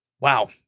wow